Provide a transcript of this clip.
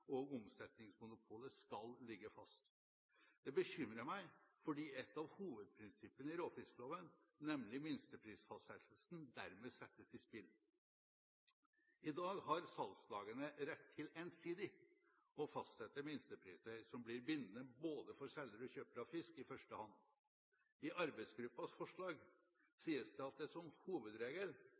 og omsetningsmonopolet skal ligge fast. Det bekymrer meg fordi et av hovedprinsippene i råfiskloven, nemlig minsteprisfastsettelsen, dermed settes i spill. I dag har salgslagene rett til ensidig å fastsette minstepriser som blir bindende for både selger og kjøper av fisk i første hånd. I arbeidsgruppens forslag sies det at det som hovedregel